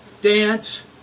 Dance